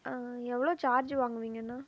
எவ்வளோ சார்ஜ் வாங்குவீங்க அண்ணா